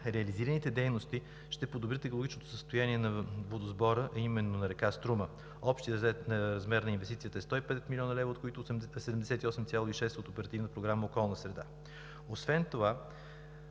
Реализираните дейности ще подобрят екологичното състояние на водосбора, а именно на река Струма. Общият размер на инвестицията е 105 млн. лв., от които 78,6 милиона са от Оперативна програма „Околна среда“. Освен това